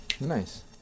Nice